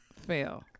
Fail